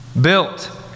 built